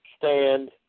stand